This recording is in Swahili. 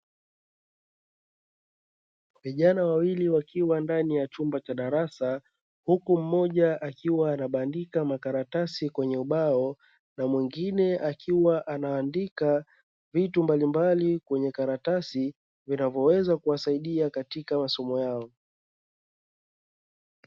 Vijana wawili wakiwa ndani ya chumba cha darasa; huku mmoja akiwa anabandika makaratasi kwenye ubao na mwingine akiwa anaandika vitu mbalimbali kwenye karatasi, vinavyoweza kuwasaidia katika masomo yao.